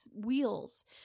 wheels